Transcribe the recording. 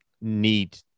need